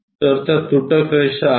तर त्या तुटक रेषा आहेत